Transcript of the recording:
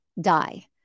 die